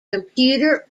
computer